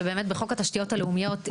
שבאמת בחוק התשתיות הלאומיות,